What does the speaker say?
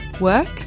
work